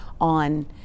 on